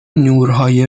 نورهای